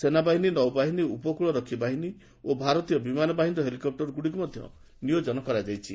ସେନାବାହିନୀ ନୌବାହିନୀ ଉପକୂଳରକ୍ଷୀବାହିନୀ ଓ ଭାରତୀୟ ବିମାନବାହିନୀର ହେଲିକପ୍ଟରଗୁଡ଼ିକୁ ମଧ୍ୟ ନିୟୋଜନ କରାଯାଇଛି